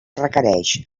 requereix